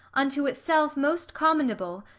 unto itself most commendable,